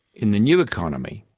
in the new economy,